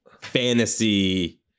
fantasy